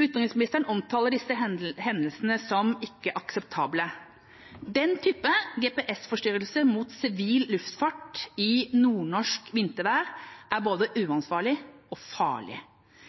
Utenriksministeren omtaler disse hendelsene som «ikke akseptable». Denne type GPS-forstyrrelse mot sivil luftfart i nordnorsk vintervær er både uansvarlig og farlig.